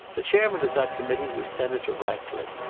the chairman of that committee was senator ratcliffe,